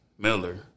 Miller